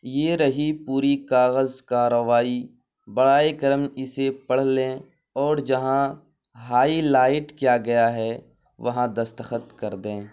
یہ رہی پوری کاغذ کاروائی برائے کرم اسے پڑھ لیں اور جہاں ہائی لائٹ کیا گیا ہے وہاں دستخط کر دیں